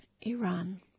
Iran